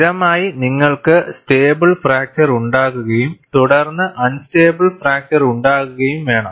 സ്ഥിരമായി നിങ്ങൾക്ക് stable fracture ഉണ്ടാകുകയും തുടർന്ന് അൺസ്റ്റേബിൾ ഫ്രാക്ചർ ഉണ്ടാകുകയും വേണം